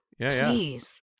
Please